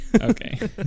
okay